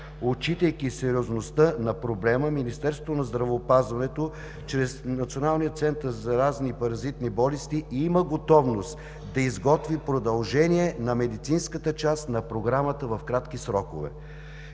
Отчитайки сериозността на проблема, Министерството на здравеопазването чрез Националния център за заразни и паразитни болести има готовност да изготви продължение на медицинската част на Програмата в кратки срокове.